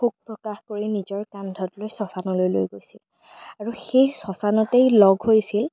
শোক প্ৰকাশ কৰি নিজৰ কান্ধত লৈ শ্মশানলৈ লৈ গৈছিল আৰু সেই শ্মশানতেই লগ হৈছিল